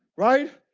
right?